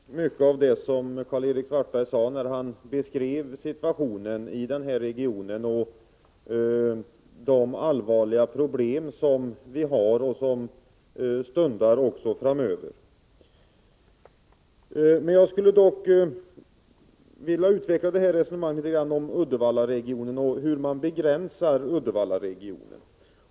Herr talman! Låt mig först be att få instämma i mycket av det som Karl-Erik Svartberg sade, när han beskrev situationen i Uddevallaregionen och de allvarliga problem som vi har där och som stundar framöver. Jag skulle dock litet grand vilja utveckla resonemanget om Uddevallaregionen och hur man begränsar den regionen.